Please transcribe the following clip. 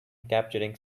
capturing